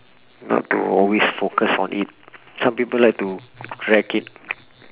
not to always focus on it some people like to drag it